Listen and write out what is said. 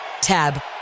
Tab